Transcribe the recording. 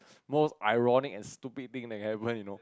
most irony and stupid thing that can happen you know